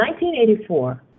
1984